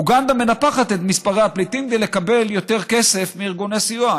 אוגנדה מנפחת את מספרי הפליטים כדי לקבל יותר כסף מארגוני סיוע.